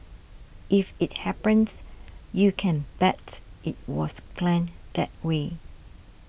if it happens you can bet it was planned that way